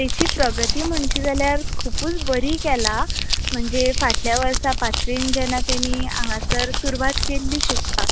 ताची प्रगती म्हणची जाल्यार खुबूच बरी केलां म्हणजे फाटल्या वर्सा पांचवेंत जेन्ना ताणी हांगासर केल्ली सुरवात शिकपाक